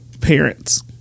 parents